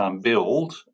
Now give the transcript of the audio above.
build